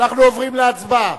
אנחנו עוברים להצבעה.